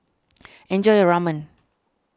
enjoy your Ramen